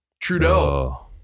Trudeau